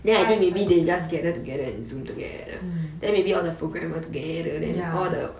five I think mm